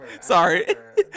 Sorry